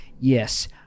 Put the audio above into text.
Yes